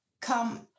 come